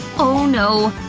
oh no!